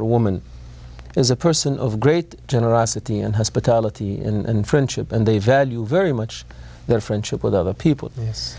or woman is a person of great generosity and hospitality and friendship and they value very much their friendship with other people yes